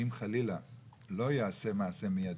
אם חלילה לא ייעשה מעשה מיידי,